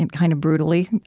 and kind of brutally,